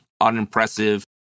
unimpressive